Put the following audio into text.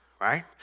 right